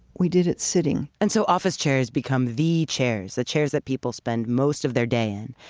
we did it sitting and so office chairs become the chairs, the chairs that people spend most of their day in.